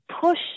push